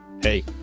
Hey